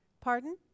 Pardon